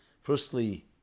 firstly